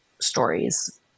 stories